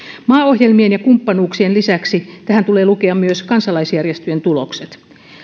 maaohjelmien ja kumppanuuksien lisäksi tähän tulee lukea myös kansalaisjärjestöjen tulokset